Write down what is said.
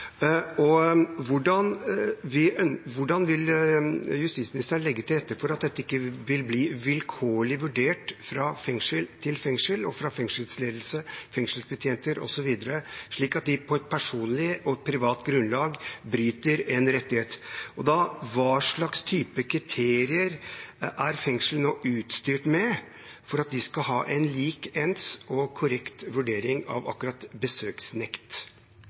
rettighet. Hvordan vil justisministeren legge til rette for at dette ikke vil bli vilkårlig vurdert fra fengsel til fengsel og av fengselsledelse, fengselsbetjenter osv., slik at de på et personlig og privat grunnlag bryter en rettighet? Hva slags kriterier er fengslene nå utstyrt med for at de skal ha en lik, ens og korrekt vurdering av besøksnekt? Vi er jo i en fortvilt situasjon. Akkurat